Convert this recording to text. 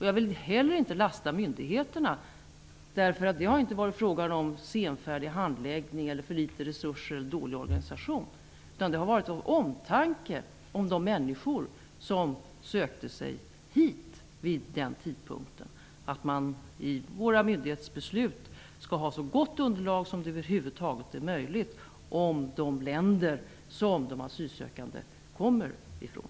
Jag vill inte heller lasta myndigheterna, därför att det har inte varit fråga om senfärdig handläggning eller för litet resurser och dålig organisation, utan det har varit av omtanke om de människor som sökte sig hit vid den tidpunkten. Man ville för våra myndighetsbeslut ha så gott underlag som det över huvud taget är möjligt med information om de länder som de asylsökande kommer ifrån.